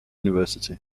university